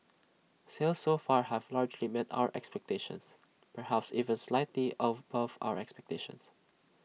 sales so far have largely met our expectations perhaps even slightly above our expectations